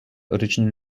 original